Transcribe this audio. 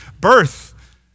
birth